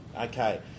okay